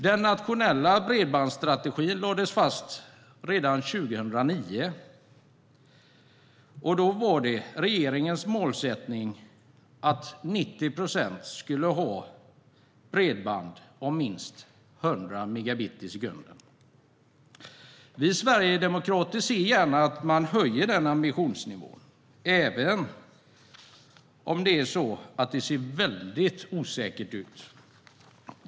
Den nationella bredbandsstrategin lades fast redan 2009. Det var regeringens målsättning att 90 procent skulle ha bredband om minst 100 megabit i sekunden. Vi sverigedemokrater ser gärna att man höjer den ambitionsnivån även om det ser väldigt osäkert ut.